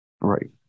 right